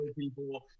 people